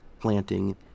planting